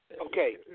Okay